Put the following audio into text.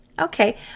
Okay